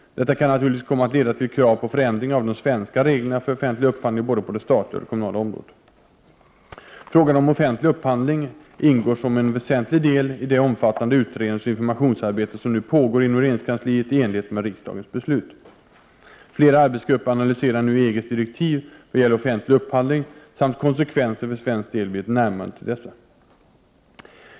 Detta kan naturligtvis komma att leda till krav på förändringar av de svenska reglerna för offentlig upphandling på både det statliga och det kommunala området. Frågan om offentlig upphandling ingår som en väsentlig del i det omfattande utredningsoch informationsarbete som nu pågår inom regeringskansliet i enlighet med riksdagens beslut. Flera arbetsgrupper analyserar nu EG:s direktiv vad gäller offentlig upphandling samt konsekvenser för svensk del vid ett närmande till dessa.